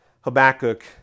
habakkuk